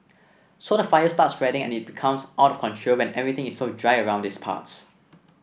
so the fire starts spreading and it becomes out of control when everything is so dry around these parts